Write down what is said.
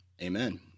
Amen